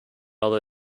other